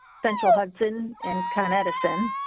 central hudson and kind of edison,